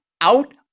out